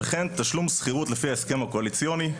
וכן תשלום שכירות לפי ההסכם הקואליציוני,